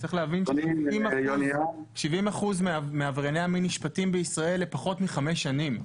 צריך להבין ש-70% מעברייני המין נשפטים בישראל לפחות מחמש שנים.